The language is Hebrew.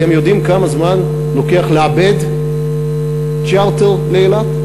אתם יודעים כמה זמן לוקח לאבד צ'רטר לאילת?